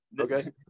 okay